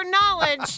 knowledge